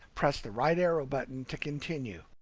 press the right arrow button to continue.